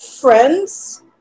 friends